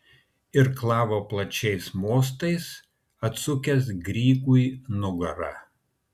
irklavo plačiais mostais atsukęs grygui nugarą